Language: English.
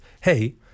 hey